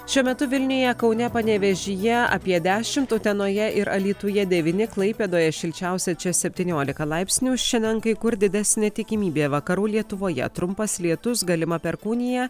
šiuo metu vilniuje kaune panevėžyje apie dešimt utenoje ir alytuje devyni klaipėdoje šilčiausia čia septyniolika laipsnių šiandien kai kur didesnė tikimybė vakarų lietuvoje trumpas lietus galima perkūnija